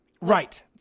Right